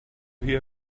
hear